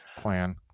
plan